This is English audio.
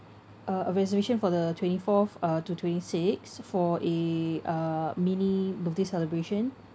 a a reservation for the twenty fourth uh to twenty sixth for a a mini birthday celebration